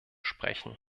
sprechen